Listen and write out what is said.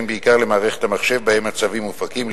בעיקר למערכת המחשב שבה הצווים מופקים,